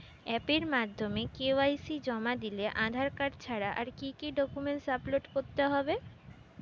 অ্যাপের মাধ্যমে কে.ওয়াই.সি জমা দিলে আধার কার্ড ছাড়া আর কি কি ডকুমেন্টস আপলোড করতে হবে?